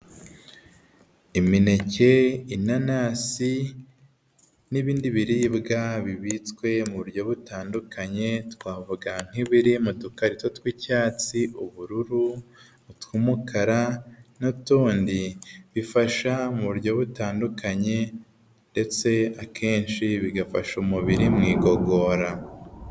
Imineke, inanasi n'ibindi biribwa bibitswe mu buryo butandukanye twavuga nk'ibiri mu dukarito tw'icyatsi, ubururu, utw'umukara n'utundi bifasha mu buryo butandukanye ndetse akenshi bigafasha umubiri mu igogora.